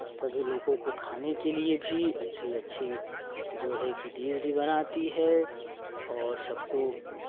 सभी लोगों को खाने के लिए भी अच्छी अच्छी जो है कि भी बनाती है और सबको